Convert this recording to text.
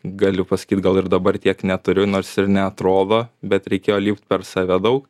galiu pasakyt gal ir dabar tiek neturiu nors ir neatrodo bet reikėjo lipt per save daug